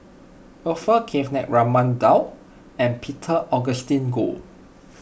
Orfeur Cavenagh Raman Daud and Peter Augustine Goh